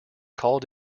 called